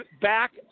back